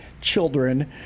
children